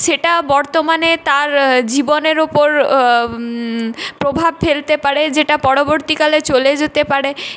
সেটা বর্তমানে তার জীবনের ওপর প্রভাব ফেলতে পারে যেটা পরবর্তীকালে চলে যেতে পারে